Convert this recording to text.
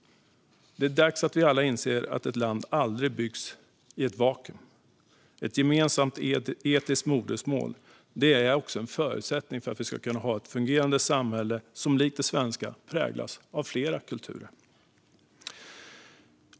Det är dags att vi alla inser att ett land aldrig kan byggas i ett vakuum. Ett gemensamt etiskt modersmål är också en förutsättning för att vi ska kunna ha ett fungerande samhälle som likt det svenska präglas av flera kulturer.